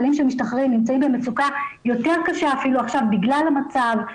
חיילים שמשתחררים נמצאים במצוקה יותר קשה אפילו עכשיו בגלל המצב,